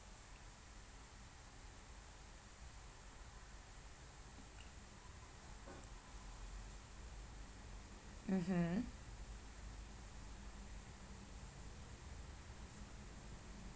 mmhmm